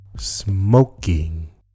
Smoking